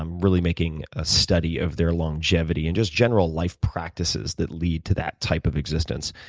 um really making a study of their longevity and just general life practices that lead to that type of existence.